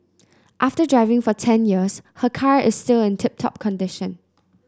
after driving for ten years her car is still in tip top condition